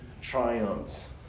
triumphs